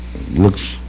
Looks